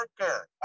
worker